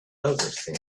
other